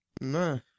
No